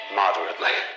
moderately